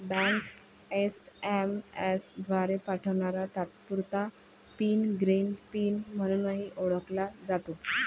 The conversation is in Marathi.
बँक एस.एम.एस द्वारे पाठवणारा तात्पुरता पिन ग्रीन पिन म्हणूनही ओळखला जातो